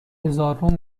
هزارم